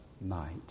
night